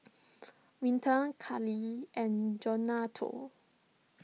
Winter Kellee and Jonathon